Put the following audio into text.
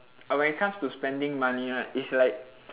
uh when it comes to spending money right it's like